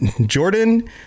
Jordan